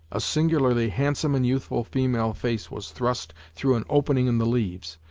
a singularly handsome and youthful female face was thrust through an opening in the leaves,